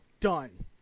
done